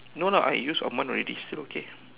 no lah I use a month already still okay